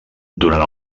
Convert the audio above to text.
durant